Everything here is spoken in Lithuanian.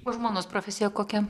o žmonos profesija kokia